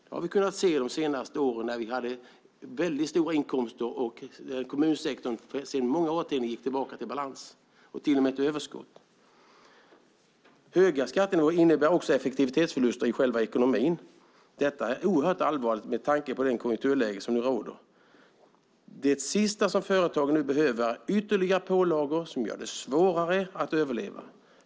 Det har vi kunnat se de senaste åren då vi haft höga inkomster och kommunsektorn efter många årtionden kommit i balans och till och med fått ett överskott. Höga skattenivåer innebär dessutom effektivitetsförluster i ekonomin. Detta är oerhört allvarligt med tanke på det konjunkturläge som råder. Det sista företagen nu behöver är ytterligare pålagor som gör det svårare att överleva.